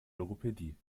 logopädie